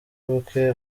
buke